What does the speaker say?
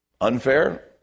unfair